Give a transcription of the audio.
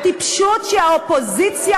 טיפשות שהאופוזיציה